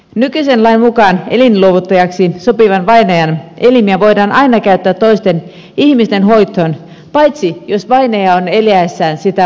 nykyisen lain mukaan elinluovuttajaksi sopivan vainajan elimiä voidaan aina käyttää toisten ihmisten hoitoon paitsi jos vainaja on eläessään sitä varsinaisesti vastustanut